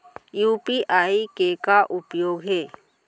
UPI के का उपयोग हे?